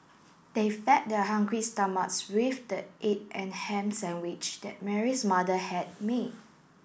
they fed their hungry stomachs with the egg and ham sandwich that Mary's mother had made